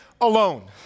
alone